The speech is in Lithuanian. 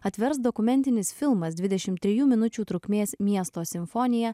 atvers dokumentinis filmas dvidešim trejų minučių trukmės miesto simfonija